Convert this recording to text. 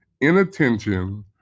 inattention